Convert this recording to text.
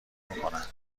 میکنند